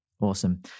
Awesome